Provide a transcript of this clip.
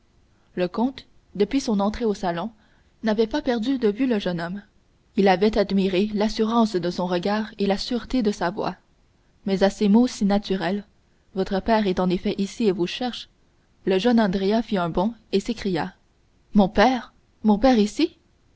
le comte depuis son entrée au salon n'avait pas perdu de vue le jeune homme il avait admiré l'assurance de son regard et la sûreté de sa voix mais à ces mots si naturels votre père est en effet ici et vous cherche le jeune andrea fit un bond et s'écria mon père mon père